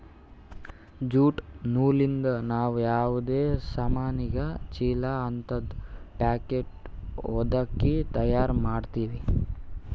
jute ನೂಲಿಂದ್ ನಾವ್ ಯಾವದೇ ಸಾಮಾನಿಗ ಚೀಲಾ ಹಂತದ್ ಪ್ಯಾಕೆಟ್ ಹೊದಕಿ ತಯಾರ್ ಮಾಡ್ತೀವಿ